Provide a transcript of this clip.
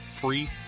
free